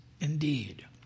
indeed